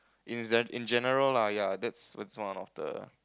is then in general lah ya that's that's one of the